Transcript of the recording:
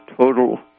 total